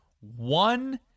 One